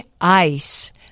ice